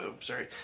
sorry